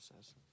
says